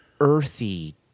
earthy